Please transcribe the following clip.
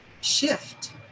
shift